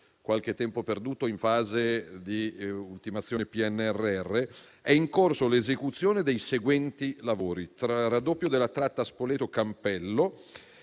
anche il tempo perduto in fase di ultimazione del PNRR, è in corso l'esecuzione dei seguenti lavori: raddoppio della tratta Spoleto-Campello,